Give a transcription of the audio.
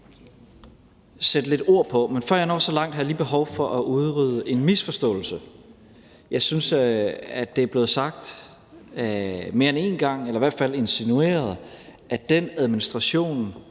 godt vil sætte lidt ord på, men før jeg når så langt, har jeg lige behov for at udrydde en misforståelse. Jeg synes, at det er blevet sagt mere end en gang – eller i hvert fald blevet insinueret – at den administration,